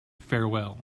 farewell